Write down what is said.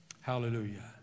hallelujah